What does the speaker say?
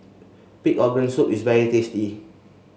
Pig's Organ Soup is very tasty